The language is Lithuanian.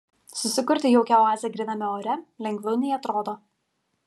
susikurti jaukią oazę gryname ore lengviau nei atrodo